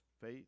faith